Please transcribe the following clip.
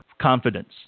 confidence